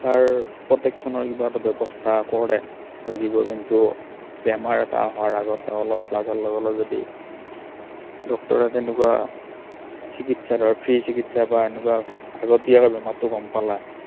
তাৰ প্ৰটেকচনৰ কিবা এটা ব্যৱস্থা কৰে ধৰ জীৱ জন্তু বেমাৰ এটা হোৱাৰ আগতে অলপ লগাৰ লগে লগে যদি ডক্তৰে তেনেকুৱা চিকিৎসা ধৰ ফ্ৰী চিকিৎসা বা এনেকুৱা আগতীয়াকে বেমাৰটো গম পালে